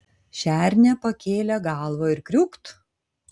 šernė pakėlė galvą ir kriūkt